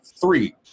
Three